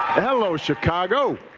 hello, chicago!